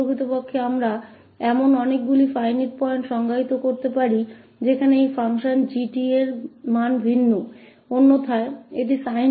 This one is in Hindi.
दरअसल हम ऐसे कई परिमित बिंदुओं को परिभाषित कर सकते हैं जहां इस फ़ंक्शन के लिए मान भिन्न होता है g𝑡 और अन्यथा यह sin 𝑡 है